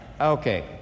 Okay